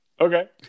Okay